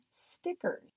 stickers